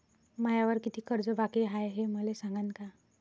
मायावर कितीक कर्ज बाकी हाय, हे मले सांगान का?